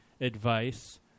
advice